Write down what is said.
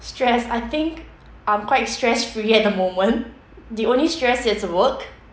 stress I think I'm quite stress-free at the moment the only stress is work